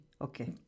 Okay